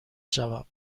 شوم